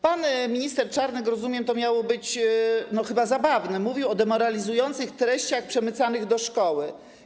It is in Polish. Pan minister Czarnek - rozumiem, to miało być chyba zabawne - mówił o demoralizujących treściach przemycanych do szkoły.